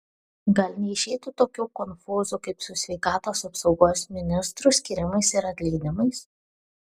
gal neišeitų tokių konfūzų kaip su sveikatos apsaugos ministrų skyrimais ir atleidimais